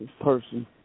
person